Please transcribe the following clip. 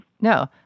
No